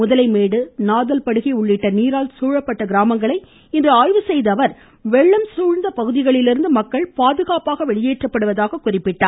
முதலைமேடு நாதல்படுகை உள்ளிட்ட நீரால் சூழப்பட்ட கிராமங்களை இன்று ஆய்வு செய்த அவர் வெள்ளம் சூழ்ந்த பகுதிகளிலிருந்து மக்கள் பாதுகாப்பாக வெளியேற்றப்படுவதாக கூறினார்